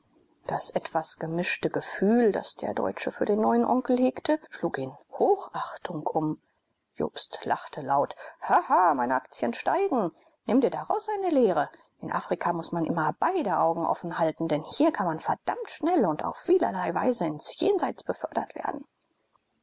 das etwas gemischte gefühl das der deutsche für den neuen onkel hegte schlug in hochachtung um jobst lachte laut haha meine aktien steigen nimm dir daraus eine lehre in afrika muß man immer beide augen offen halten denn hier kann man verdammt schnell und auf vielerlei weise ins jenseits befördert werden